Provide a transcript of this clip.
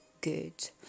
good